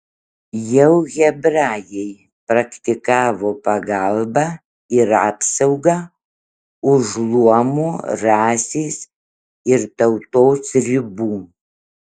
jau hebrajai praktikavo pagalbą ir apsaugą už luomo rasės ir tautos ribų